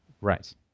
Right